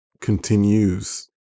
continues